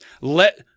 Let